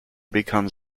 becomes